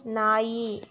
ನಾಯಿ